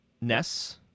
Ness